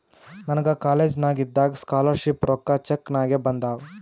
ನನಗ ಕಾಲೇಜ್ನಾಗ್ ಇದ್ದಾಗ ಸ್ಕಾಲರ್ ಶಿಪ್ ರೊಕ್ಕಾ ಚೆಕ್ ನಾಗೆ ಬಂದಾವ್